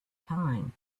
time